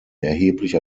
erheblich